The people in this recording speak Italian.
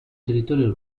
territorio